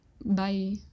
Bye